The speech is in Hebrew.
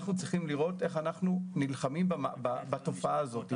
אנחנו צריכים לראות איך אנחנו נלחמים בתופעה הזאת.